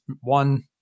one